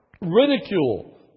ridicule